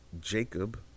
Jacob